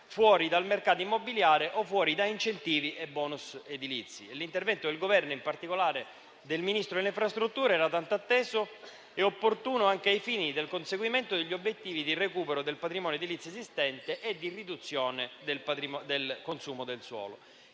fuori dal mercato immobiliare o da incentivi e *bonus* edilizi. L'intervento del Governo, in particolare del Ministro delle infrastrutture e dei trasporti, era tanto atteso e opportuno anche ai fini del conseguimento degli obiettivi di recupero del patrimonio edilizio esistente e di riduzione del consumo del suolo.